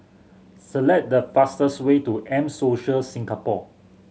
select the fastest way to M Social Singapore